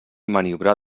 maniobrar